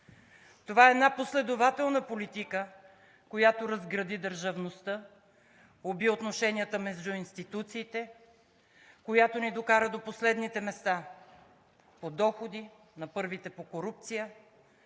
Това е една последователна политика, която разгради държавността, уби отношенията между институциите, която ни докара до последните места по доходи, на първите по корупция,